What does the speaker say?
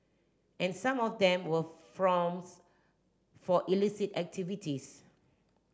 and some of them were fronts for illicit activities